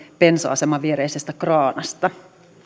bensa aseman viereisestä kraanasta